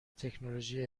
تکنولوژی